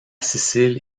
sicile